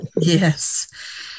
yes